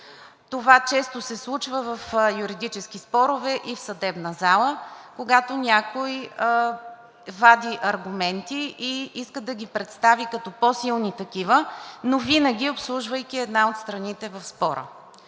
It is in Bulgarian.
Това често се случва в юридически спорове и в съдебната зала, когато някой вади аргументи и иска да ги представи, като по-силни такива, но винаги обслужвайки една от страните в спора.